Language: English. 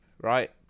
right